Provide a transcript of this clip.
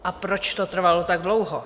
A proč to trvalo tak dlouho?